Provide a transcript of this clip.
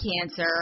cancer